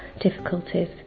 difficulties